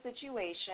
situation